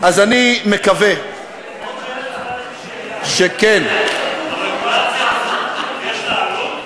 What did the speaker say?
אז אני מקווה שכן, שאלה, יש לה עלות?